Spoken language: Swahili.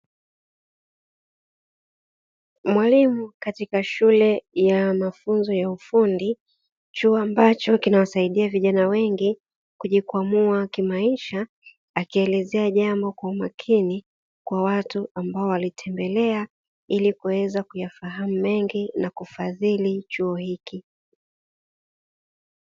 Mwalimu katika shule ya mafunzo ya ufundi, chuo ambacho kinawasaidia vijana wengi kujikwamua kimaisha akielezea jambo kwa makini kwa watu ambao walitembelea ilikuweza kuyafahamu mengi na kuwafadhili chuo hiki.